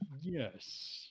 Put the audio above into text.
Yes